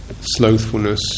slothfulness